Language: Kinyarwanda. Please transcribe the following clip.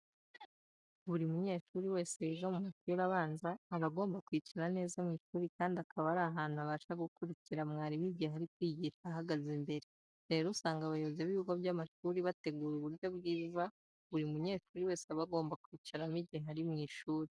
Buri munyeshuri wese wiga mu mashuri abanza, aba agomba kwicara neza mu ishuri kandi akaba ari ahantu abasha gukurikira mwarimu igihe ari kwigisha ahagaze imbere. Rero usanga abayobozi b'ibigo by'amashuri bategura uburyo bwiza buri munyeshuri wese aba agomba kwicaramo igihe ari mu ishuri.